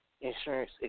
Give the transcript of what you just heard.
insurance